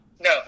No